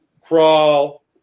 crawl